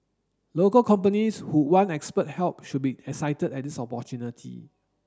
local companies who want expert help should be excited at this opportunity